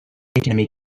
enemy